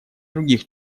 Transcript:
других